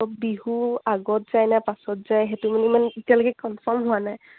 বিহু আগত যায় নে পাছত যায় সেইটো মানে ইমান এতিয়ালৈকে কনফাৰ্ম হোৱা নাই